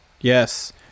Yes